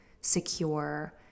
secure